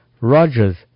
Rogers